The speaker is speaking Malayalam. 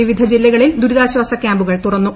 വിവിധ് ജില്ലകളിൽ ദുരിതാശ്വാസ ക്യാമ്പുകൾ തുറന്നു